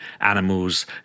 animals